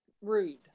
rude